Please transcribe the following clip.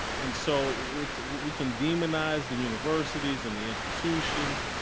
and so it's we can demonize the universities and the institutions.